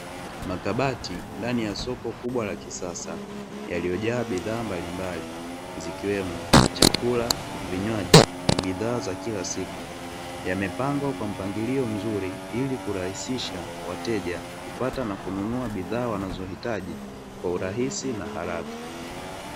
Makabati ndani ya soko kubwa la kisasa, yaliyojaa bidhaa mbalimbali, zikiwemo chakula, vinywaji na bidhaa za kila siku. Yamepangwa kwa mpangilio mzuri, ili kurahisisha wateja kupata na kununua bidhaa wanazohitaji, kwa urahisi na haraka.